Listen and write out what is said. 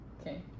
Okay